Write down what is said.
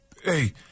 Hey